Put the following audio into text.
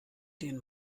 den